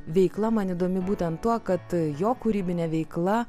veikla man įdomi būtent tuo kad jo kūrybinė veikla